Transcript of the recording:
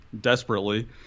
desperately